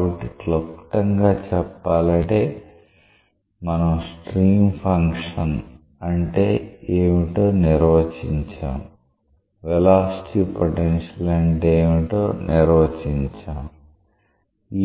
కాబట్టి క్లుప్తంగా చెప్పాలంటే మనం స్ట్రీమ్ ఫంక్షన్ అంటే ఏమిటో నిర్వచించాము వెలాసిటీ పొటెన్షియల్ అంటే ఏమిటో నిర్వచించాము